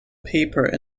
paper